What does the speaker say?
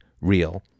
real